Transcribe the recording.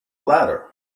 ladder